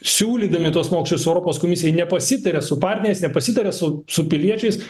siūlydami tuos mokesčius europos komisijai nepasitarė su partneriais nepasitarė su su piliečiais